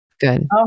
good